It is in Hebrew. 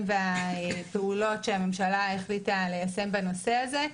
והפעולות שהממשלה החליטה ליישם בנושא הזה.